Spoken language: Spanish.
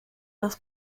los